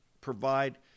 provide